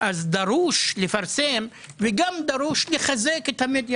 דרוש לפרסם וגם דרוש לחזק את המדיה